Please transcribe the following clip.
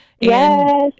Yes